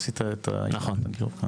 נכון.